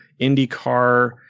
IndyCar